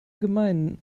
gemein